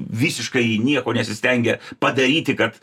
visiškai nieko nesistengia padaryti kad